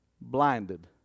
Blinded